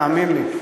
תאמין לי.